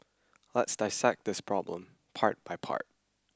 let's dissect this problem part by part